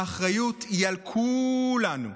האחריות היא על כולנו.